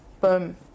Boom